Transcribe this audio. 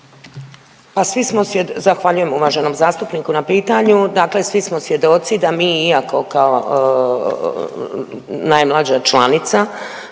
Pa svi smo, zahvaljujem uvaženom zastupniku na pitanju, dakle svi smo svjedoci da mi iako kao najmlađa članica